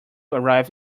arrived